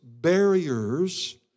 barriers